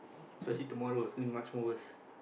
especially tomorrow it's going to be much more worse